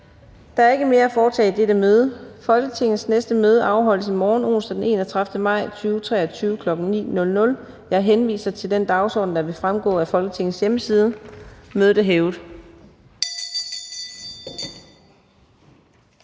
Der er ikke mere at foretage i dette møde. Folketingets næste møde afholdes i morgen, onsdag den 31. maj 2023, kl. 9.00. Jeg henviser til den dagsorden, der vil fremgå af Folketingets hjemmeside. Mødet er hævet.